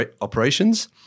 operations